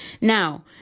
Now